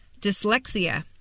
Dyslexia